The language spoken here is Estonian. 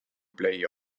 play